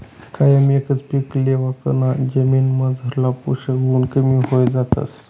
कायम एकच पीक लेवाकन जमीनमझारला पोषक गुण कमी व्हयी जातस